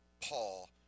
Paul